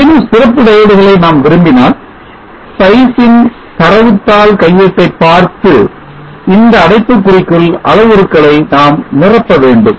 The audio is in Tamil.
ஏதேனும் சிறப்பு Diode களை நாம் விரும்பினால் spice இன் தரவுத்தாள் கையேட்டை பார்த்து இந்த அடைப்புக்குறிக்குள் அளவுருக்களை நாம் நிரப்பவேண்டும்